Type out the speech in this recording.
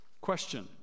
Question